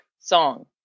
song